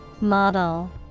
Model